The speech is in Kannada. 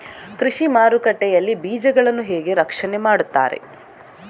ಕೃಷಿ ಮಾರುಕಟ್ಟೆ ಯಲ್ಲಿ ಬೀಜಗಳನ್ನು ಹೇಗೆ ರಕ್ಷಣೆ ಮಾಡ್ತಾರೆ?